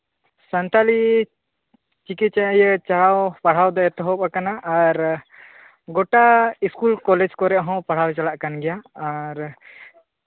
ᱥᱟᱱᱛᱟᱞᱤ ᱪᱤᱠᱤᱛᱮ ᱪᱟᱲᱦᱟᱣ ᱯᱟᱲᱦᱟᱣ ᱫᱚ ᱮᱛᱚᱦᱚᱵ ᱟᱠᱟᱱᱟ ᱟᱨ ᱜᱳᱴᱟ ᱤᱥᱠᱩᱞ ᱠᱚᱞᱮᱡᱽ ᱠᱚᱨᱮ ᱦᱚᱸ ᱯᱟᱲᱦᱟᱣ ᱪᱟᱞᱟᱜ ᱠᱟᱱ ᱜᱮᱭᱟ ᱟᱨ